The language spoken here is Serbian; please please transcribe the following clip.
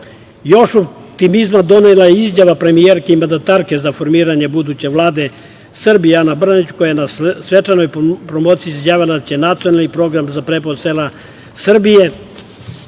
optimizma donela je izjava premijerke i mandatarke za formiranje buduće Vlade Srbije Ane Brnabić, koja je na svečanoj promociji izjavila da će nacionalni program za preporod sela Srbije